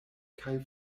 kaj